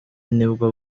nibwo